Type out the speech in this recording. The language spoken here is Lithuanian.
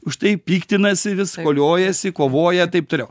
už tai piktinasi vis koliojasi kovoja taip toliau